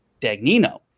Dagnino